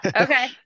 Okay